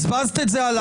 ברוכים השבים לישיבת ועדת